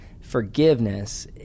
forgiveness